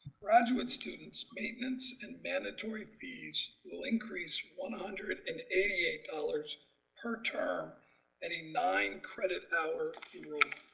graduate students maintenance and mandatory fees will increase one ah hundred and eighty eight dollars per term at a nine credit hour enrollment.